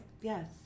Yes